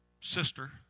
sister